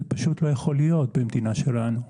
זה פשוט לא יכול להיות במדינה שלנו.